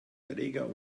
erreger